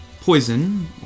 poison